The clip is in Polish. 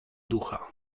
ducha